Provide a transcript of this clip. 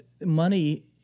money